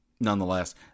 nonetheless